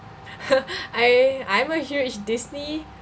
I I'm a huge disney